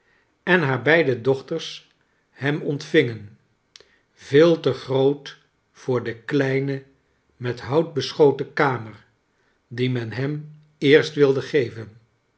en haar beide dochters hem ontvingen veel te groot voor de kleine met hout beschoten kamer die men hem eerst wilde geven